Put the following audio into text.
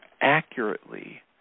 accurately